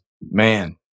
Man